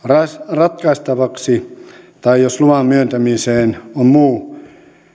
ratkaistavaksi tai jos luvan myöntämiseen on muu